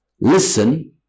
listen